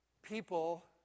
People